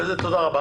תודה רבה.